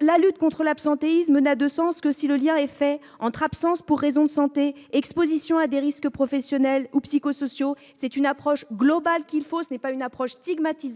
La lutte contre l'absentéisme n'a de sens que si le lien est fait entre absences pour raisons de santé et exposition à des risques professionnels ou psychosociaux. C'est une approche globale du sujet qu'il faut envisager et non une mesure stigmatisante